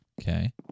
Okay